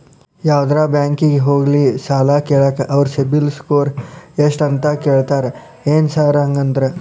ಯಾವದರಾ ಬ್ಯಾಂಕಿಗೆ ಹೋಗ್ಲಿ ಸಾಲ ಕೇಳಾಕ ಅವ್ರ್ ಸಿಬಿಲ್ ಸ್ಕೋರ್ ಎಷ್ಟ ಅಂತಾ ಕೇಳ್ತಾರ ಏನ್ ಸಾರ್ ಹಂಗಂದ್ರ?